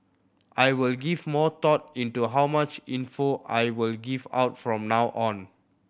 I will give more thought into how much info I will give out from now on